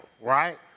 right